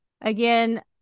Again